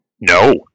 No